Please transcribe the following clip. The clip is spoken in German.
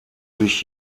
sich